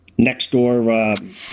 Nextdoor